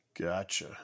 Gotcha